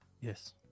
yes